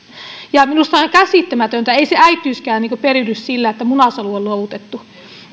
lapsen minusta tämä on käsittämätöntä ei se äitiyskään periydy sillä että munasolu on luovutettu